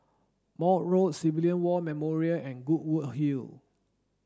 Maude Road Civilian War Memorial and Goodwood Hill